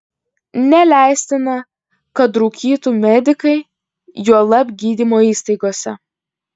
neleistina kad rūkytų medikai juolab gydymo įstaigose